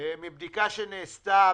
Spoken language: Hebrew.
מבדיקה שנעשתה